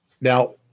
Now